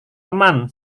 teman